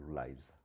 lives